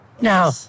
Now